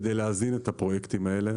כדי להזין את הפרויקטים האלה,